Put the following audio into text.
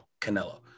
Canelo